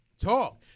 Talk